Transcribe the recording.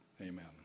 Amen